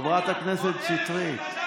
חברת הכנסת שטרית.